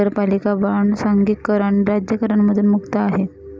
नगरपालिका बॉण्ड सांघिक कर आणि राज्य करांमधून मुक्त आहे